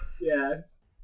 Yes